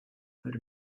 put